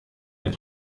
mehr